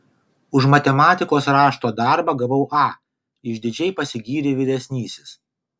už matematikos rašto darbą gavau a išdidžiai pasigyrė vyresnysis